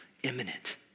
Imminent